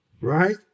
right